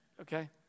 okay